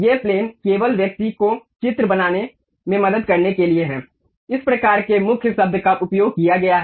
ये प्लेन केवल व्यक्ति को चित्र बनाने में मदद करने के लिए हैं इस प्रकार के मुख्य शब्द का उपयोग किया गया है